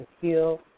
heal